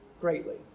greatly